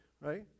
right